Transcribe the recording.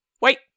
Wait